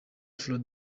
afro